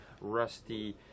rusty